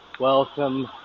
Welcome